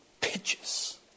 pitches